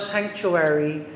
Sanctuary